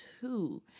two